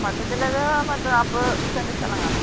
മൊത്തത്തിലത് പത്ത് നാൽപ്പത് സെൻറ്റ് സ്ഥലം കാണും